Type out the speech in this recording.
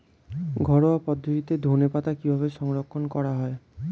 ঘরোয়া পদ্ধতিতে ধনেপাতা কিভাবে সংরক্ষণ করা হয়?